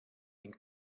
and